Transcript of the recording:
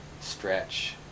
stretch